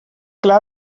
clar